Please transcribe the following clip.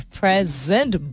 present